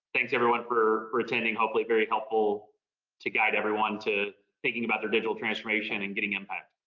thanks everyone for for attending. hopefully very helpful to guide everyone to thinking about their digital transformation and getting impact.